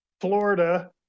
Florida